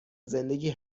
زندگی